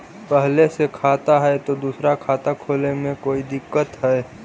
पहले से खाता है तो दूसरा खाता खोले में कोई दिक्कत है?